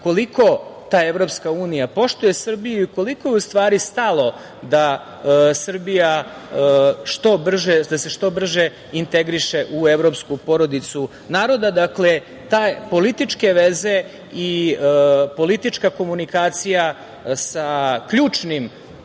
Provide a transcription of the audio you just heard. koliko ta EU poštuje Srbiju i koliko je u stvari stalo da Srbija da se što brže integriše u evropsku porodicu naroda, dakle, te političke veze i politička komunikacija sa ključnim